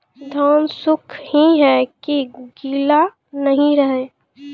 धान सुख ही है की गीला नहीं रहे?